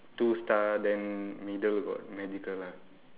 two star then middle got magical ah